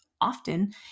often